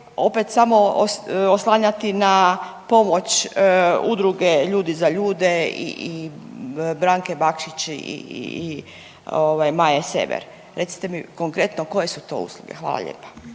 opet samo oslanjati na pomoć udruge „Ljudi za ljude“ i Branke Bakšić i Maje Sever, recite mi konkretno koje su to usluge? Hvala lijepa.